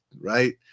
right